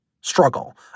struggle